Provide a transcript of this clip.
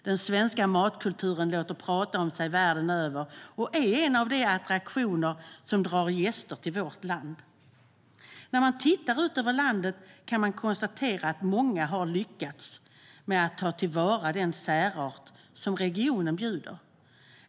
Den svenska matkulturen låter prata om sig världen över och är en av de attraktioner som drar gäster till vårt land. När man tittar ut över landet kan man konstatera att många har lyckats med att ta till vara den särart som regionen bjuder.